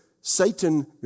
Satan